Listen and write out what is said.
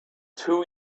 two